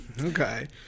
Okay